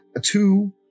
two